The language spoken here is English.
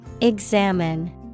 Examine